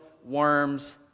worms